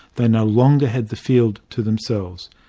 they no longer had the field to themselves.